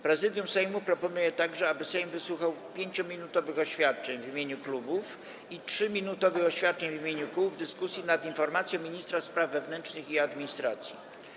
Prezydium Sejmu proponuje także, aby Sejm wysłuchał 5-minutowych oświadczeń w imieniu klubów i 3-minutowych oświadczeń w imieniu kół w dyskusji nad informacją ministra spraw wewnętrznych i administracji.